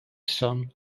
son